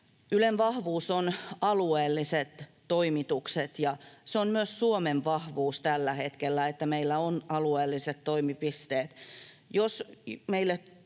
Ylen vahvuus ovat alueelliset toimitukset, ja on myös Suomen vahvuus tällä hetkellä, että meillä on alueelliset toimipisteet.